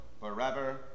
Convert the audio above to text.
forever